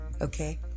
Okay